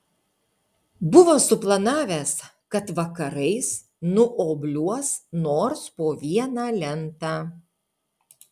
buvo suplanavęs kad vakarais nuobliuos nors po vieną lentą